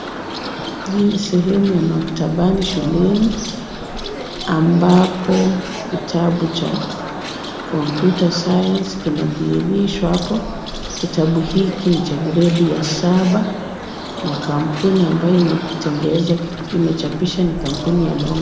Hii ni sehemu ya maktabani shuleni, ambapo kitabu cha Computer Science kinadhihirishwa hapo. Kitabu hiki ni cha gredi ya saba, na kampuni ambayo imekitengeza imechapisha ni kampuni ya Long.